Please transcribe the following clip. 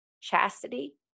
chastity